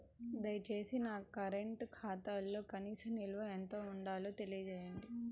దయచేసి నా కరెంటు ఖాతాలో కనీస నిల్వ ఎంత ఉండాలో తెలియజేయండి